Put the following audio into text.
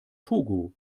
togo